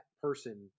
person